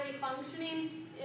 functioning